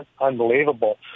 unbelievable